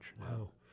Wow